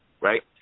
right